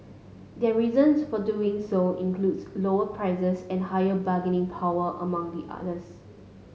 their reasons for doing so includes lower prices and higher bargaining power among the others